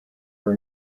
were